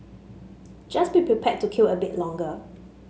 just be prepared to queue a bit longer